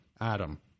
Adam